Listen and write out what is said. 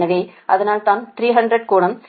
எனவே அதனால்தான் 300 கோணம் 36